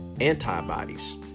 antibodies